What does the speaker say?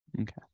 Okay